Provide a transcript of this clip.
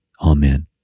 Amen